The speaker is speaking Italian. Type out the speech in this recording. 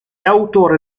autore